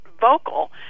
vocal